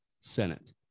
Senate